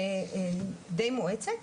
ולמידה די מואצת,